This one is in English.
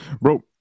Bro